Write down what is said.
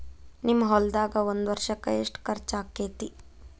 ನಿಮ್ಮ ಹೊಲ್ದಾಗ ಒಂದ್ ವರ್ಷಕ್ಕ ಎಷ್ಟ ಖರ್ಚ್ ಆಕ್ಕೆತಿ?